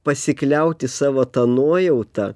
pasikliauti savo ta nuojauta